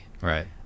right